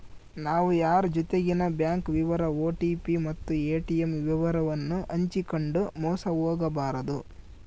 ನಾವು ಯಾರ್ ಜೊತಿಗೆನ ಬ್ಯಾಂಕ್ ವಿವರ ಓ.ಟಿ.ಪಿ ಮತ್ತು ಏ.ಟಿ.ಮ್ ವಿವರವನ್ನು ಹಂಚಿಕಂಡು ಮೋಸ ಹೋಗಬಾರದು